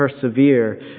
persevere